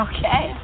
Okay